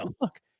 look